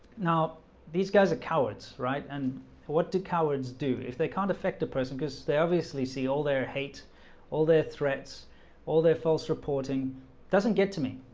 now these guys are cowards, right? and what do cowards do if they can't affect a person because they obviously see all their hate all their threats all their false reporting doesn't get to me